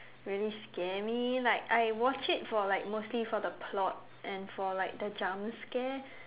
really scare me like I watch it for like mostly for the plot and for like the jump scare